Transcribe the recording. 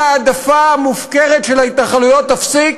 אם ההעדפה המופקרת של ההתנחלויות תיפסק,